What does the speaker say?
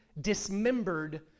dismembered